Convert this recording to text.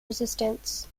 resistance